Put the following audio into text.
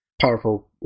powerful